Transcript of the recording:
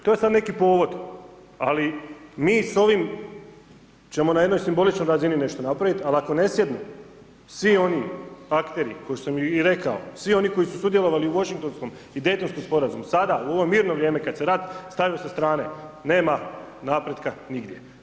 To je sad neki povod, ali mi s ovim ćemo na jednoj simboličnoj razini nešto napraviti, ali ako ne sjednu svi oni akteri koje sam i rekao, svi oni koji su sudjelovali u Washingtonskom i Daytonskom sporazumu, sada u ovo mirno vrijeme, kad se rat stavlja sa strane, nema napretka nigdje.